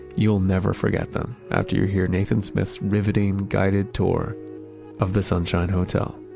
you'll never forget them after you hear nathan smith's riveting guided tour of the sunshine hotel